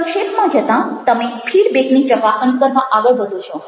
સંક્ષેપમાં જતાં તમે ફીડબેક ની ચકાસણી કરવા આગળ વધો છો